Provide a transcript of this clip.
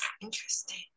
interesting